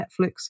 Netflix